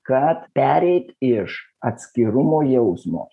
kad pereit iš atskirumo jausmo